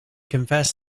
confessed